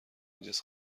اینجاس